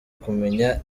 kumenya